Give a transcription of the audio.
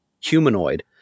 humanoid